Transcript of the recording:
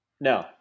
No